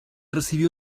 recibió